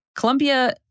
Colombia